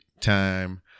time